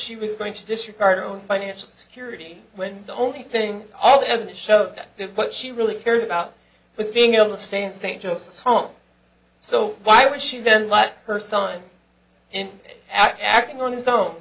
she was going to disregard on financial security when the only thing all the evidence showed that what she really cared about was being able to stay in st joseph home so why would she then let her son in acting on his own